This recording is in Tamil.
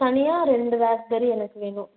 தனியாக ரெண்டு ப்ளாக்பெரி எனக்கு வேணும்